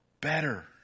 Better